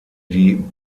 die